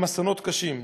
הן אסונות קשים.